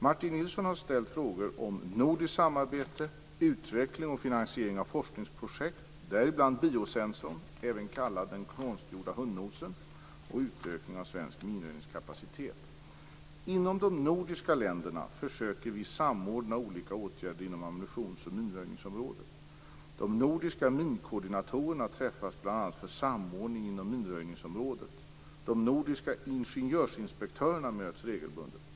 Martin Nilsson har ställt frågor om Inom de nordiska länderna försöker vi samordna olika åtgärder inom ammunitions och minröjningsområdet. De nordiska minkoordinatorerna träffas bl.a. för samordning inom minröjningsområdet. De nordiska ingenjörsinspektörerna möts regelbundet.